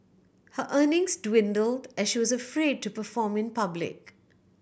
her earnings dwindled as she was afraid to perform in public